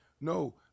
no